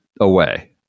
away